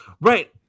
Right